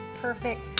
Perfect